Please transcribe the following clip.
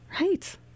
right